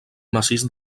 massís